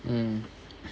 mm